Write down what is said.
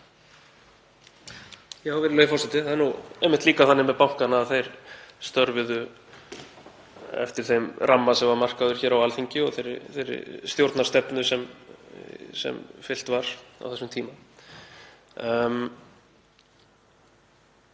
Virðulegi forseti. Það er nú einmitt líka þannig með bankana að þeir störfuðu eftir þeim ramma sem var markaður hér á Alþingi og þeirri stjórnarstefnu sem fylgt var á þessum tíma.